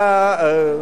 אתה יודע,